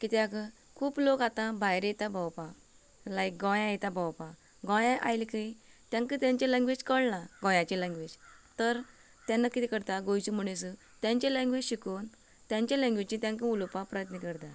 कित्याक खूब लोक आतां भायर येता भोंवपाक लायक गोंया येतात भोंवपाक गोंया आयले की तेंका तेंची लॅंग्वेज कळना गोंयाची लॅंग्वेज तर तेन्ना कितें करतात गोंयचे मनीस तेंचे लॅंग्वेज शिकून तेंचे लॅंग्वेजीन तेंकां उलोवपा प्रयत्न करतात